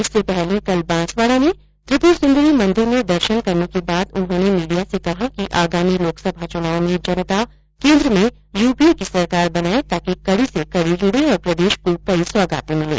इससे पहले कल बांसवाडा में त्रिपुर सुंदरी मंदिर में दर्शन के बाद उन्होंने मीडिया से कहा कि आगामी लोकसभा चुनाव में जनता केन्द्र में यूपीए की सरकार बनाये ताकि कड़ी से कड़ी जुड़े और प्रदेश को कई सौगाते मिले